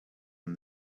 and